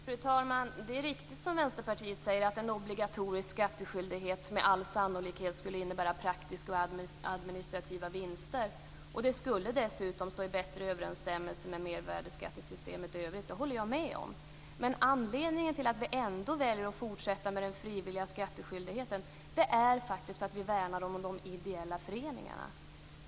Fru talman! Det är riktigt som Vänsterpartiet säger - att en obligatorisk skattskyldighet med all sannolikhet skulle innebära praktiska och administrativa vinster. Det skulle dessutom stå i bättre överensstämmelse med mervärdesskattesystemet i övrigt. Det håller jag med om. Men anledningen till att vi ändå väljer att fortsätta med den frivilliga skattskyldigheten är att vi värnar de ideella föreningarna.